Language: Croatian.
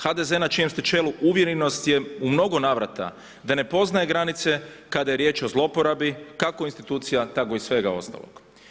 HDZ, na čijem ste čelu, uvjerio nas je u mnogo navrata da ne poznaje granice kada je riječ o zlouporabi, kako institucija, tako i svega ostalog.